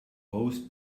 roast